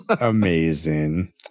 amazing